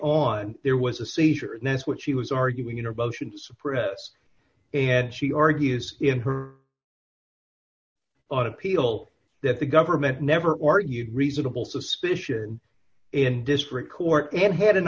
on there was a seizure and that's what she was arguing you know suppress and she argues in her own appeal that the government never argued reasonable suspicion in disparate court and had an